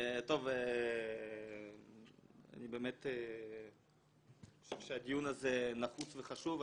טוב, אני באמת חושב שהדיון הזה נחוץ וחשוב.